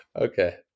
Okay